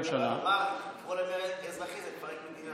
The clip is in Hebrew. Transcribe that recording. לקרוא למרי אזרחי זה לפרק מדינה.